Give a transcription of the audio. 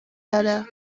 داره